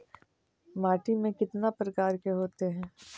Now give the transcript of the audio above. माटी में कितना प्रकार के होते हैं?